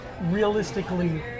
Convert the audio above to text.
realistically